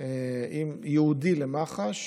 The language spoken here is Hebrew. ייעודי למח"ש,